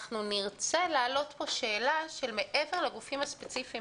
אנחנו נרצה להעלות פה שאלה מעבר לגופים הספציפיים